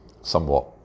somewhat